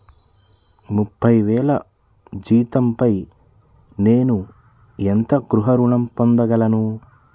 ముప్పై వేల జీతంపై నేను ఎంత గృహ ఋణం పొందగలను?